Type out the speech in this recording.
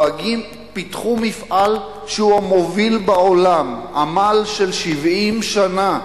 פתחו מפעל שהוא המוביל בעולם, עמל של 70 שנה.